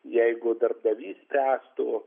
jeigu darbdavys spręstų